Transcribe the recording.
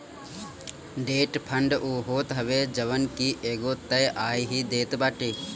debt fund उ होत हवे जवन की एगो तय आय ही देत बाटे